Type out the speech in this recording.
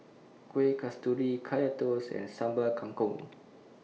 Kueh Kasturi Kaya Toast and Sambal Kangkong